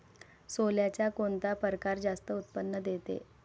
सोल्याचा कोनता परकार जास्त उत्पन्न देते?